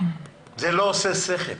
זה לא עושה שכל.